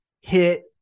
hit